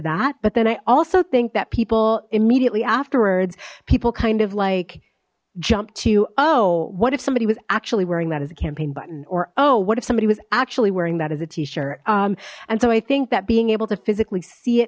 that but then i also think that people immediately afterwards people kind of like jump to oh what if somebody was actually wearing that as a campaign button or oh what if somebody was actually wearing that as a t shirt and so i think that being able to physically see it